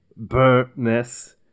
burntness